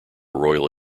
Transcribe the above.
royal